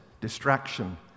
Distraction